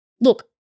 look